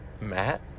Matt